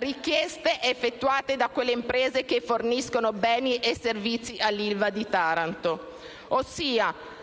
richieste effettuate da quelle imprese che forniscono beni e servizi all'ILVA di Taranto. Ossia,